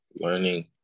learning